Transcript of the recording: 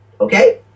okay